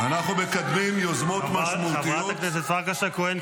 --- אנחנו מקדמים יוזמות משמעותיות --- חברת הכנסת פרקש הכהן,